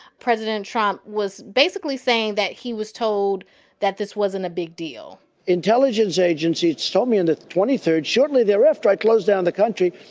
president trump was basically saying that he was told that this wasn't a big deal intelligence agencies told me on the twenty three shortly thereafter, i closed down the country.